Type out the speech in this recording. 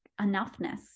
enoughness